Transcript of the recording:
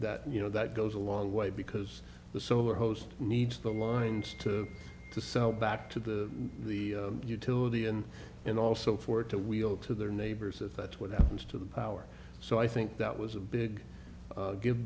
that you know that goes a long way because the solar host needs the lines to to sell back to the the utility and in also for it to wheel to their neighbors if that's what happens to the power so i think that was a big give